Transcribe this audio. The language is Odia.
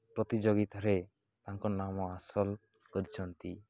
ପ୍ରତିଯୋଗିତାରେ ତାଙ୍କ ନାମ ହାସଲ କରିଛନ୍ତି